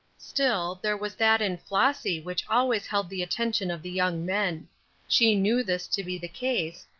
still, there was that in flossy which always held the attention of the young men she knew this to be the case,